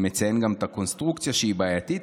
הוא מציין גם את הקונסטרוקציה שהיא בעייתית.